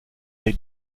they